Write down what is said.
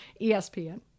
espn